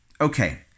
Okay